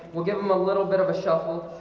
we'll give them a little bit of a shuffle